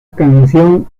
canción